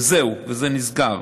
וזהו, זה נסגר.